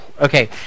okay